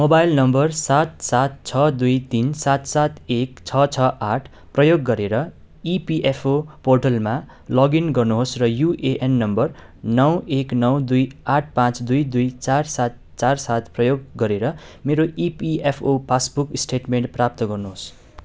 mobile number सात सात छ दुई तिन सात सात एक छ छ आठ प्रयोग गरेर इपिएफओ पोर्टलमा लगइन गर्नुहोस् र युएएन नम्बर नौ एक नौ दुई आठ पाँच दुई दुई चार सात चार सात प्रयोग गरेर मेरो इपिएफओ पासबुक स्टेटमेन्ट प्राप्त गर्नुहोस्